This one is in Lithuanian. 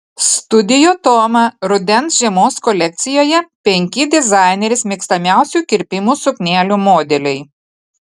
studio toma rudens žiemos kolekcijoje penki dizainerės mėgstamiausių kirpimų suknelių modeliai